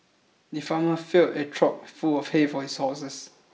the farmer filled a trough full of hay for his horses